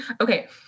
Okay